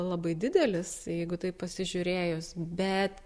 labai didelis jeigu taip pasižiūrėjus bet